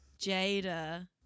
Jada